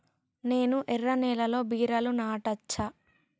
నేను ఎర్ర నేలలో బీరలు నాటచ్చా?